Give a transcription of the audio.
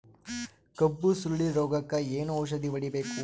ಕಬ್ಬು ಸುರಳೀರೋಗಕ ಏನು ಔಷಧಿ ಹೋಡಿಬೇಕು?